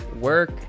work